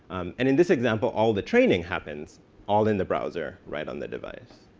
and in this example, all the training happens all in the browser right on the device.